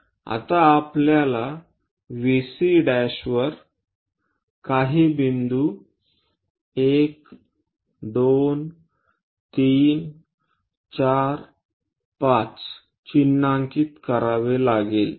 आता आपल्याला VC' वर काही बिंदू 1 2 3 4 5 चिन्हांकित करावे लागेल